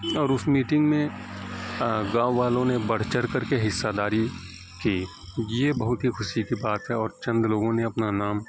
اور اس میٹنگ میں گاؤں والوں نے بڑھ چڑھ کر کے حصہ داری کی یہ بہت ہی خوشی کی بات ہے اور چند لوگوں نے اپنا نام